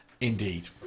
Indeed